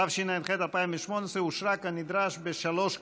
התשע"ח 2018, אושרה כנדרש בשלוש קריאות.